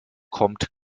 kommt